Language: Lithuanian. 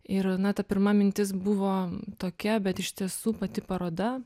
ir na ta pirma mintis buvo tokia bet iš tiesų pati paroda